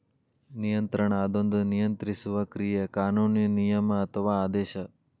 ನಿಯಂತ್ರಣ ಅದೊಂದ ನಿಯಂತ್ರಿಸುವ ಕ್ರಿಯೆ ಕಾನೂನು ನಿಯಮ ಅಥವಾ ಆದೇಶ